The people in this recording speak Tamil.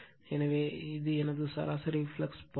எனவே இது எனது சராசரி ஃப்ளக்ஸ் பாதை